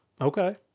Okay